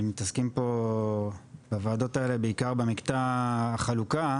אבל מתעסקים פה בוועדות האלה בעיקר במקטע החלוקה,